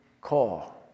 call